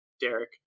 Derek